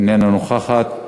איננה נוכחת,